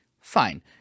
fine